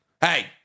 Hey